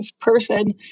person